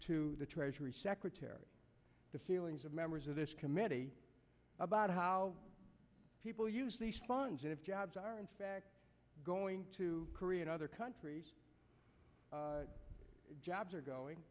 to the treasury secretary the feelings of members of this committee about how people use these funds and if jobs are going to korea and other countries jobs are going